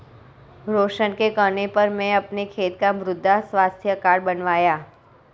रोशन के कहने पर मैं अपने खेत का मृदा स्वास्थ्य कार्ड बनवाया